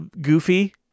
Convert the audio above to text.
goofy